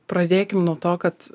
pradėkim nuo to kad